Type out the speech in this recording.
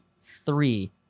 three